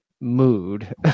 mood